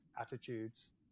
attitudes